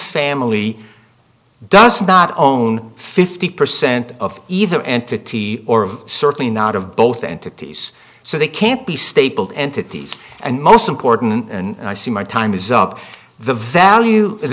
family does not own fifty percent of either entity or certainly not of both entities so they can't be stapled entities and most important and i see my time is up the value of